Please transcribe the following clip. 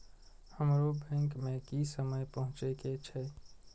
हमरो बैंक में की समय पहुँचे के छै?